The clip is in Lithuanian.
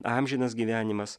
amžinas gyvenimas